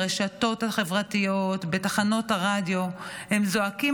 ברשתות החברתיות ובתחנות הרדיו הם זועקים